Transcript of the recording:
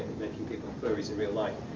making people furries in real life,